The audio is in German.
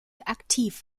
aktiv